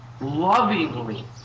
lovingly